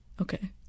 Okay